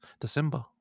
December